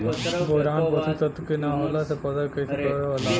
Boron पोषक तत्व के न होला से पौधा कईसे प्रभावित होला?